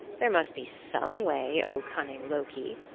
there must be some way, o cunning loki,